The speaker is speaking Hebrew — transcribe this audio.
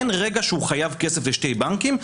אין רגע שהוא חייב כסף לשני בנקים,